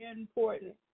important